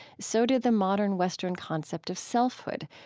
so did the modern western concept of selfhood,